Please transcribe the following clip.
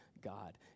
God